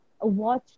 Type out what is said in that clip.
watch